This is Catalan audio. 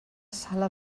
sala